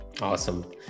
Awesome